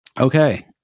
Okay